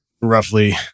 roughly